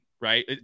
right